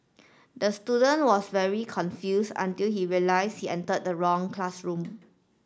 the student was very confused until he realised he entered the wrong classroom